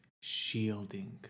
shielding